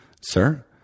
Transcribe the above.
sir